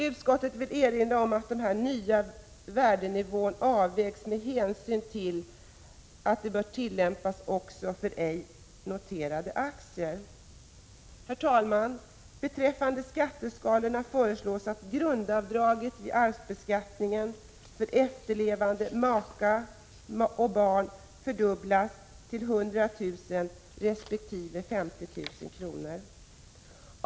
Utskottet vill erinra om att den nya värdenivån avvägts med hänsyn till att den bör tillämpas också för ej noterade aktier. Herr talman! Beträffande skatteskalorna föreslås att grundavdraget vid arvsbeskattning för efterlevande make och barn fördubblas till 100 000 resp. 50 000 kr.